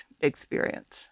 experience